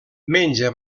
menja